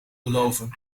beloven